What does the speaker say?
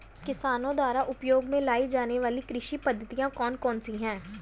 किसानों द्वारा उपयोग में लाई जाने वाली कृषि पद्धतियाँ कौन कौन सी हैं?